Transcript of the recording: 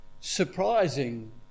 surprising